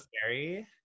scary